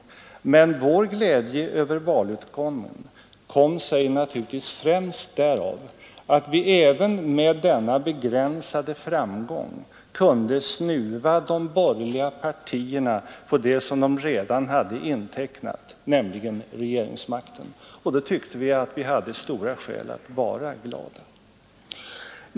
Men vår glädje över valutgången kom sig naturligtvis främst därav att vi även med denna begränsade framgång kunde snuva de borgerliga partierna på det som de redan hade intecknat, nämligen regeringsmakten, och då tyckte vi att vi hade stora skäl att vara glada.